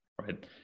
right